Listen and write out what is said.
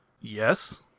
Yes